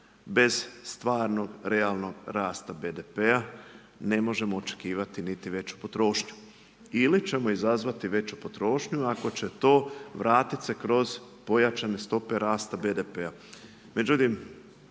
bez stvarnog realnog rasta BDP-a ne možemo očekivati veću potrošnju, ili ćemo izazvati veću potrošnju ako će to vratiti se kroz pojačane stope rasta BDP-a.